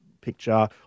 picture